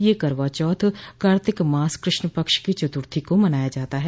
यह करवाचौथ कार्तिक मास कृष्णपक्ष की चतुर्थी को मनाया जाता है